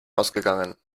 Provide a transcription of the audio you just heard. ausgegangen